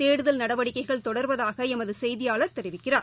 தேடுதல் நடவடிக்கைகள் தொடர்வதாகளமதுசெய்தியாளர் தெரிவித்துள்ளார்